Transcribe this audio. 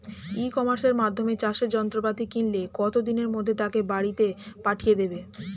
ই কমার্সের মাধ্যমে চাষের যন্ত্রপাতি কিনলে কত দিনের মধ্যে তাকে বাড়ীতে পাঠিয়ে দেবে?